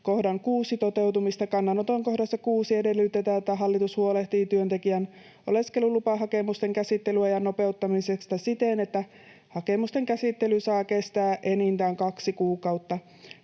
kohdan 6 toteutumista. Kannanoton kohdassa 6 edellytetään, että hallitus huolehtii työntekijän oleskelulupahakemusten käsittelyajan nopeuttamisesta siten, että hakemusten käsittely saa kestää enintään kaksi kuukautta.